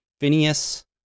Phineas